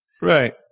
Right